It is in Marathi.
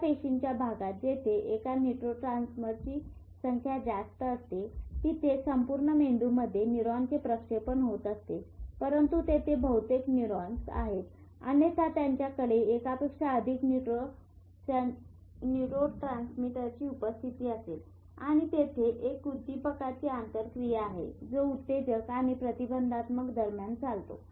या पेशींच्या भागात जेथे एका न्यूरोट्रांसमीटरची संख्या जास्त असते तेथे संपूर्ण मेंदूमध्ये न्यूरॉनचे प्रक्षेपण होत असते परंतु तेथे बहुतेक न्यूरॉन्स आहेत अन्यथा त्यांच्याकडे एका पेक्षा अधिक न्यूरोट्रांसमीटरची उपस्थिती असेल आणि तेथे एक उद्दीपकांची आंतरक्रिया आहे जो उत्तेजक आणि प्रतिबंधात्मक दरम्यान चालतो